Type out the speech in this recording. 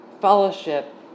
fellowship